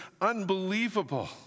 unbelievable